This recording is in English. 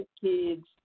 kids